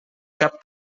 cap